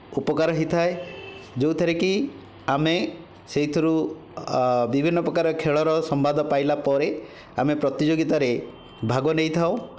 ଉପକାର ହୋଇଥାଏ ଯେଉଁଥିରେକି ଆମେ ସେହିଥିରୁ ବିଭିନ୍ନ ପ୍ରକାର ଖେଳର ସମ୍ବାଦ ପାଇଲା ପରେ ଆମେ ପ୍ରତିଯୋଗିତାରେ ଭାଗ ନେଇଥାଉ